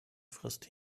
frisst